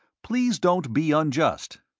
please don't be unjust.